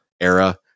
era